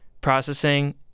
processing